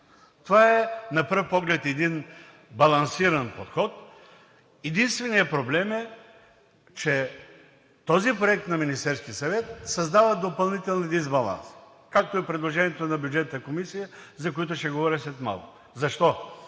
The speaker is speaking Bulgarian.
Това на пръв поглед е един балансиран подход. Единственият проблем е, че този проект на Министерския съвет създава допълнителни дисбаланси, както е предложението на Бюджетната комисия, за които ще говоря след малко. Защо?